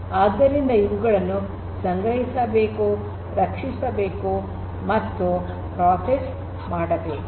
ಆದ್ದರಿಂದ ಇವುಗಳನ್ನು ಸಂಗ್ರಹಿಸಬೇಕು ರಕ್ಷಿಸಬೇಕು ಮತ್ತು ಪ್ರೋಸೆಸ್ ಮಾಡಬೇಕು